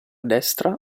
destra